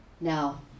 Now